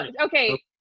Okay